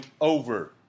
over